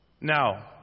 Now